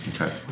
Okay